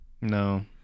No